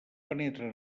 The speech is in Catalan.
penetra